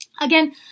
Again